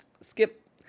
skip